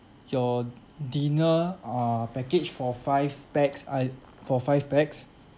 your dinner uh package for five pax I for five pax